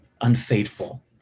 unfaithful